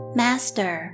master